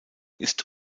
ist